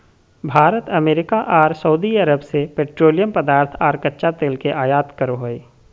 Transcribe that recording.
Bharat America आर Saudi Arab से petroleum पदार्थ आर कच्चा तेल के आयत करो हय